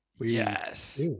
Yes